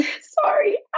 Sorry